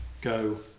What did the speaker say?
go